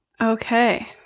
Okay